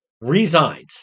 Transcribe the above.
resigns